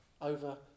over